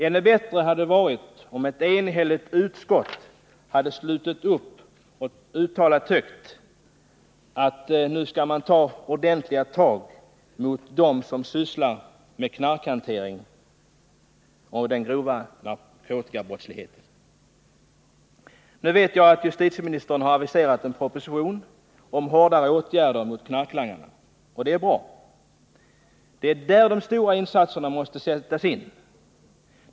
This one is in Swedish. Ännu bättre hade det varit, om ett enhälligt utskott hade slutit upp och högt uttalat att det nu skall tas ordentliga tag mot dem som sysslar med knarkhantering och med den grova narkotikabrottsligheten. Jag vet att justitieministern har aviserat en proposition om hårdare åtgärder mot narkotikalangare, och det är bra. Det är där de stora insatserna måste sättas in.